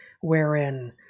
wherein